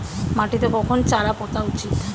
মাটিতে কখন চারা পোতা উচিৎ?